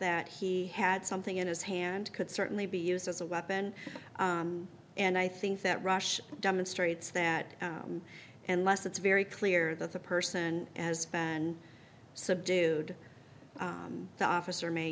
that he had something in his hand could certainly be used as a weapon and i think that rush demonstrates that and less it's very clear that the person has been subdued the officer may